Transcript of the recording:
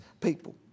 people